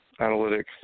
analytics